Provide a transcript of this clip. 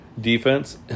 Defense